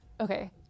okay